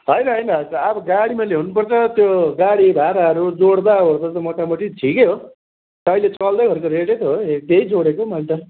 होइन होइन त्यो अब गाडीमा ल्याउनुपर्छ त्यो गाडी भाडाहरू जोड्दाओर्दा त मोटामोटी ठिकै हो अहिले चल्दैगरेको रेटै त हो त्यही जोडेको मैले त